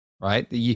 Right